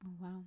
Wow